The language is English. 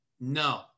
No